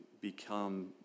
become